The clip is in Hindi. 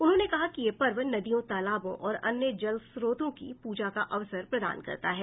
उन्होंने कहा कि यह पर्व नदियों तालाबों और अन्य जल स्रोतों की पूजा का अवसर प्रदान करता है